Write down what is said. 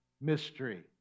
mystery